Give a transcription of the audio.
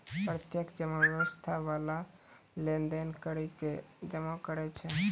प्रत्यक्ष जमा व्यवसाय बाला लेन देन करि के जमा करै छै